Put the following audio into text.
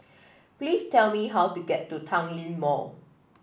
please tell me how to get to Tanglin Mall